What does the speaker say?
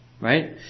Right